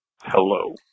Hello